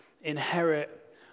inherit